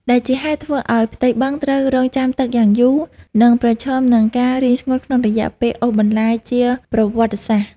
ដែលជាហេតុធ្វើឱ្យផ្ទៃបឹងត្រូវរង់ចាំទឹកយ៉ាងយូរ និងប្រឈមនឹងការរីងស្ងួតក្នុងរយៈពេលអូសបន្លាយជាប្រវត្តិសាស្ត្រ។